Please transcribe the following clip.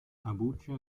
abuja